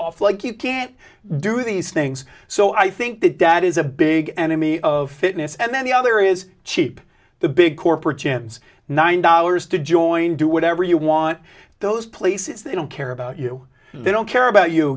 off like you can't do these things so i think the dad is a big enemy of fitness and then the other is cheap the big corporate chan's nine dollars to join do whatever you want those places they don't care about you they don't care about you